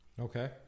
Okay